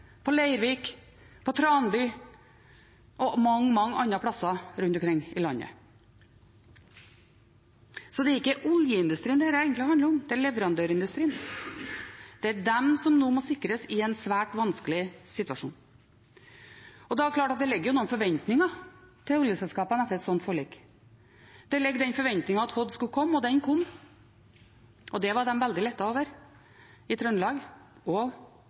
på Leirvik, på Tranby – og mange, mange andre steder rundt omkring i landet. Så det er ikke oljeindustrien dette egentlig handler om; det er leverandørindustrien. Det er de som nå må sikres i en svært vanskelig situasjon. Det er klart at det ligger noen forventninger til oljeselskapene etter et slikt forlik. Det ligger den forventningen at Hod skulle komme. Den kom, og det var de veldig lettet over i Trøndelag, og